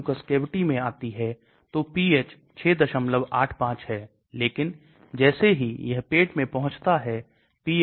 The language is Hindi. जैसा कि मैंने कहा कि आयनिक समूह ध्रुवीयता की ओर ले जाते हैं इसलिए इसे अधिक गैर ध्रुवीय बनाते हैं